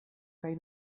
kaj